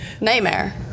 nightmare